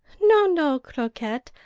no, no croquette,